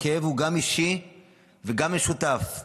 הכאב הוא גם אישי וגם משותף,